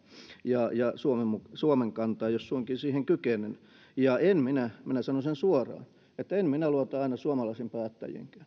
ja ja suomen kantaa jos suinkin siihen kykenen ja en minä minä sanon sen suoraan luota aina suomalaisiinkaan päättäjiin